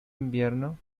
invierno